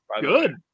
good